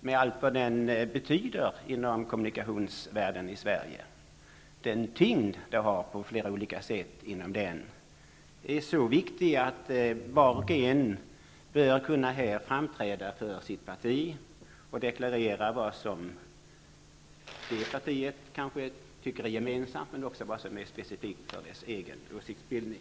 med allt vad den betyder inom kommunikationsvärlden i Sverige, med den tyngd som den på olika sätt har där, är så viktig att var och en bör kunna framträda för sitt parti och deklarera vad det partiet tycker är gemensamt men också specifikt för dess egen åsiktsbildning.